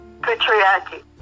patriarchy